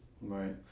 Right